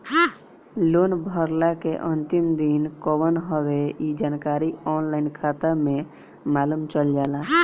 loan भरला के अंतिम दिन कवन हवे इ जानकारी ऑनलाइन खाता में मालुम चल जाला